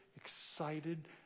excited